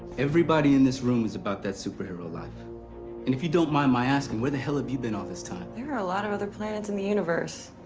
everybody in this room is about that superhero life. and if you don't mind my asking, where the hell have you been all this time? there are a lot of other planets in the universe.